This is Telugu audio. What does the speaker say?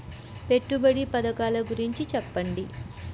పెట్టుబడి పథకాల గురించి చెప్పండి?